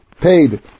paid